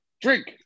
Drink